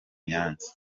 nyanza